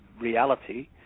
reality